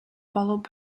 followed